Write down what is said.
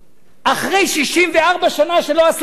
אחרי 64 שנה שלא עשו דבר,